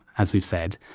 as we've said,